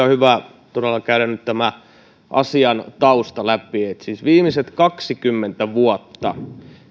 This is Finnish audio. on hyvä todella käydä nyt tämän asian tausta läpi viimeiset kaksikymmentä vuotta